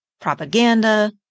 propaganda